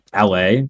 LA